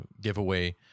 giveaway